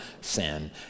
sin